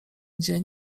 dzień